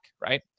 right